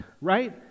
right